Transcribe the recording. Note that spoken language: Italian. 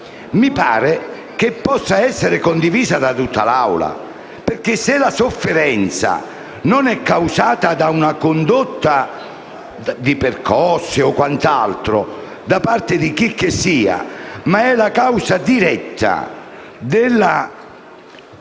mi pare possa essere condivisa da tutta l'Assemblea. Se la sofferenza non è causata da una condotta di percosse o quant'altro, da parte di chicchessia, ma è la causa diretta della sanzione